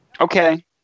Okay